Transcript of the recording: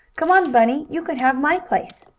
come on, bunny, you can have my place!